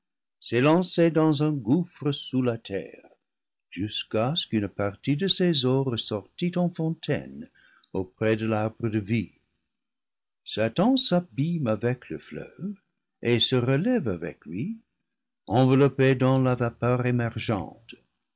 s'élançait dans un gouffre sous la terre jusqu'à ce qu'une partie de ses eaux ressortît en fontaine auprès de l'arbre de vie satan s'abîme avec le fleuve et se relève avec lui enveloppé dans la vapeur émergente